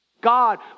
God